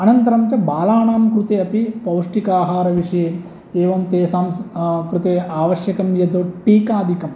अनन्तरं च बालानां कृते अपि पौष्टिकाहारविषये एवं तेषां कृते आवश्यकं यत् टीकादिकं